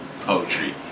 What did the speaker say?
Poetry